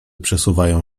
przesuwają